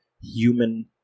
human